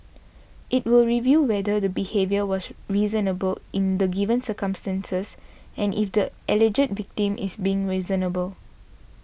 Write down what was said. it will review whether the behaviour was reasonable in the given circumstances and if the alleged victim is being reasonable